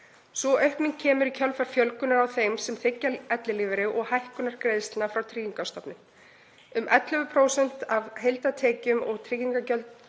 Sú aukning kemur í kjölfar fjölgunar á þeim sem þiggja ellilífeyri og hækkun greiðslna frá Tryggingastofnun. Um 11% af heildartekjum og tryggingagjöldum